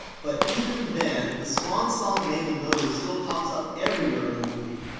but even then, the swan song name and logo still pops up everywhere in the movie,